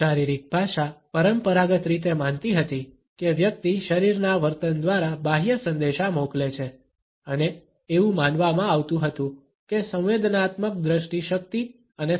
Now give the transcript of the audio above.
શારીરિક ભાષા પરંપરાગત રીતે માનતી હતી કે વ્યક્તિ શરીરના વર્તન દ્વારા બાહ્ય સંદેશા મોકલે છે અને એવું માનવામાં આવતું હતું કે સંવેદનાત્મક દ્રષ્ટિ શક્તિ અને સંચાર